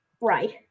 Right